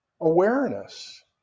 awareness